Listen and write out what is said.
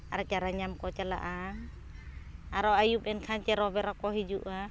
ᱟᱨ ᱪᱟᱨᱟ ᱧᱟᱢ ᱠᱚ ᱪᱟᱞᱟᱜᱼᱟ ᱟᱨᱚ ᱟᱭᱩᱵ ᱞᱮᱱᱠᱷᱟᱱ ᱪᱮᱨᱚ ᱵᱮᱨᱚ ᱠᱚ ᱦᱤᱡᱩᱜᱼᱟ